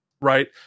right